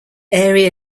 area